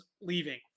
leaving